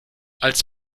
als